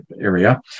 area